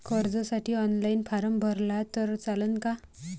कर्जसाठी online form भरला तर चालन का?